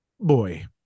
boy